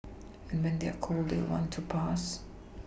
and when they are cold they will want to pass